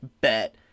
bet